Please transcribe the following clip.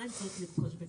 שצריך לרכוש כוס מים.